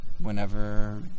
whenever